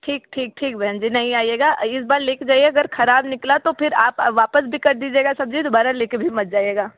ठीक ठीक ठीक बहन जी नहीं आइएगा इस बार ले कर जाइए अगर ख़राब निकला तो फिर आप वापस भी कर दीजिएगा सब्ज़ी दुबारा ले कर भी मत जाइएगा